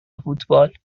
فوتبال